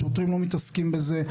השוטרים לא מתעסקים בזה,